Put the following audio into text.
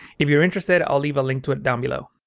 if you're interested, i'll leave a link to it down below.